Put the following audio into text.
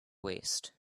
waste